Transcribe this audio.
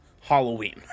halloween